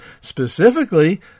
specifically